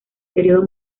período